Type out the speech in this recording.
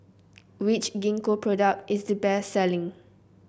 which Gingko product is the best selling